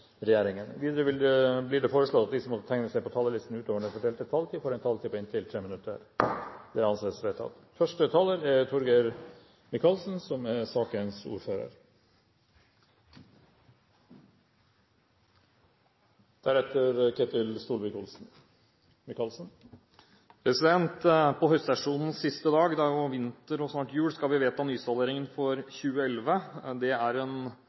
regjeringen innenfor den fordelte taletid. Videre blir det foreslått at de som måtte tegne seg på talerlisten utover den fordelte taletid, får en taletid på inntil 3 minutter. – Det anses vedtatt. På høstsesjonens siste dag – det er jo vinter og snart jul – skal vi vedta nysalderingen for 2011. Det er en